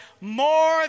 more